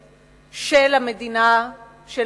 של המדינה של העם היהודי.